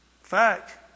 fact